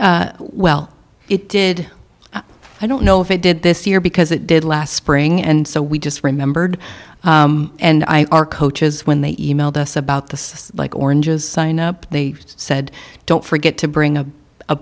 well it did i don't know if it did this year because it did last spring and so we just remembered and i our coaches when they e mailed us about this like oranges sign up they said don't forget to bring a